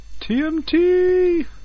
TMT